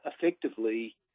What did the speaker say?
effectively